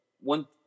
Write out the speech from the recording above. one